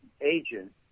agent